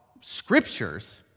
scriptures